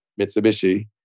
Mitsubishi